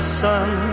sun